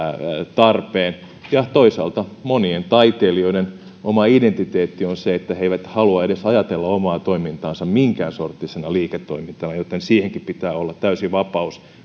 tarpeen ja toisaalta monien taiteilijoiden oma identiteetti on se että he eivät halua edes ajatella omaa toimintaansa minkään sorttisena liiketoimintana joten siihenkin pitää olla täysi vapaus